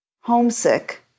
homesick